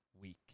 week